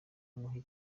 muhe